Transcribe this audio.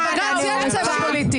לבג"ץ אין צבע פוליטי.